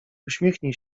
uśmiechnij